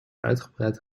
uitgebreid